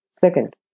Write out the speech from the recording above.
Second